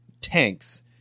tanks